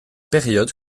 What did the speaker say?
période